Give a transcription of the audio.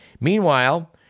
Meanwhile